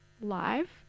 live